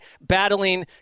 battling